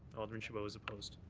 alderman chabot is opposed.